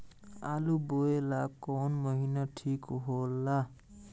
आलू बोए ला कवन महीना ठीक हो ला?